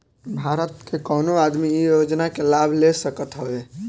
भारत के कवनो आदमी इ योजना के लाभ ले सकत हवे